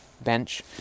bench